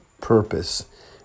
purpose